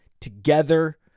together